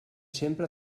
sempre